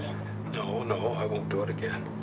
no, no. i won't do it again.